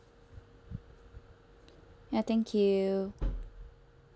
ya thank you